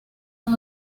los